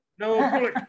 No